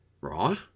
Right